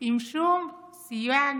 עם שום סייג